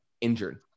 injured